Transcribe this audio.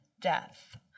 death